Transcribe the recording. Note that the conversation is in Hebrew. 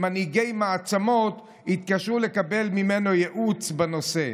שמנהיגי מעצמות התקשרו לקבל ממנו ייעוץ בנושא.